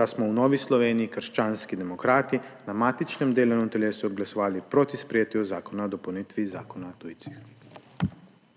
da smo v Novi Sloveniji – krščanski demokratih na matičnem delovnem telesu glasovali proti sprejetju Zakona o dopolnitvi Zakona o tujcih.